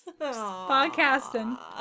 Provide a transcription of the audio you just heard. Podcasting